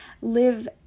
live